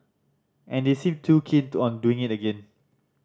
and they seem to keen to on doing it again